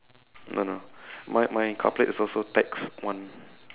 no no my my car plate is also tax one